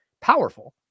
powerful